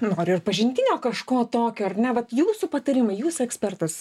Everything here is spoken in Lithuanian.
noriu ir pažintinio kažko tokio ar ne vat jūsų patarimai jūs ekspertas